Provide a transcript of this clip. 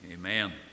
Amen